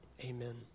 Amen